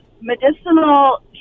medicinal